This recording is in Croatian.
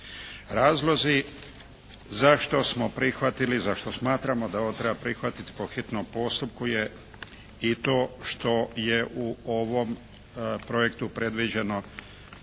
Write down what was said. zašto smatramo da ovo treba prihvatiti po hitnom postupku je i to što je u ovom projektu predviđeno